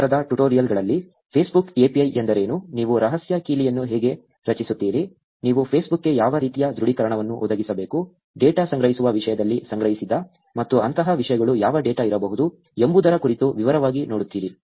ಈ ವಾರದ ಟ್ಯುಟೋರಿಯಲ್ಗಳಲ್ಲಿ ಫೇಸ್ಬುಕ್ API ಎಂದರೇನು ನೀವು ರಹಸ್ಯ ಕೀಲಿಯನ್ನು ಹೇಗೆ ರಚಿಸುತ್ತೀರಿ ನೀವು ಫೇಸ್ಬುಕ್ಗೆ ಯಾವ ರೀತಿಯ ದೃಢೀಕರಣವನ್ನು ಒದಗಿಸಬೇಕು ಡೇಟಾ ಸಂಗ್ರಹಿಸುವ ವಿಷಯದಲ್ಲಿ ಸಂಗ್ರಹಿಸಿದ ಮತ್ತು ಅಂತಹ ವಿಷಯಗಳು ಯಾವ ಡೇಟಾ ಇರಬಹುದು ಎಂಬುದರ ಕುರಿತು ವಿವರವಾಗಿ ನೋಡುತ್ತೀರಿ